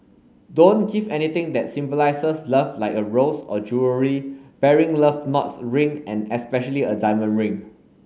don't give anything that symbolizes love like a rose or jewellery bearing love knots ring and especially a diamond ring